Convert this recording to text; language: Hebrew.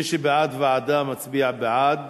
מי שבעד ועדה מצביע בעד.